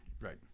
right